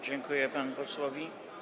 Dziękuję panu posłowi.